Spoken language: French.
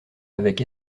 avec